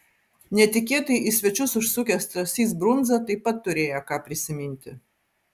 netikėtai į svečius užsukęs stasys brundza taip pat turėjo ką prisiminti